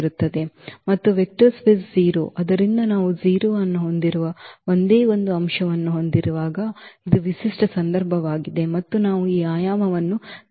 ಮತ್ತು vector space 0 ಆದ್ದರಿಂದ ನಾವು 0 ಅನ್ನು ಹೊಂದಿರುವ ಒಂದೇ ಒಂದು ಅಂಶವನ್ನು ಹೊಂದಿರುವಾಗ ಇದು ವಿಶೇಷ ಸಂದರ್ಭವಾಗಿದೆ ಮತ್ತು ನಾವು ಈ ಆಯಾಮವನ್ನು 0 ಎಂದು ವ್ಯಾಖ್ಯಾನಿಸುತ್ತೇವೆ